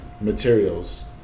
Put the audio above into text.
materials